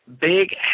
Big